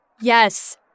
Yes